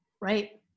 right